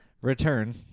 return